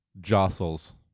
jostles